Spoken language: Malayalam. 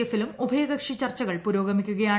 എഫിലും ഉഭയകക്ഷി ചർച്ചകൾ പുരോഗമിക്കുകയാണ്